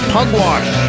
Pugwash